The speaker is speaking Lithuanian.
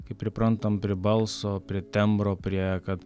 kaip priprantam prie balso tembro prie kad